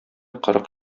кырык